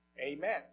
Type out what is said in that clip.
amen